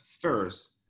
first